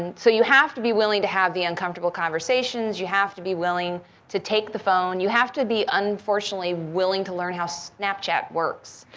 and so you have to be willing to have the uncomfortable conversations, you have to be willing to take the phone, you have to be, unfortunately, willing to learn how snapchat works.